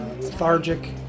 lethargic